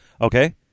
Okay